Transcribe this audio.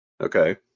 okay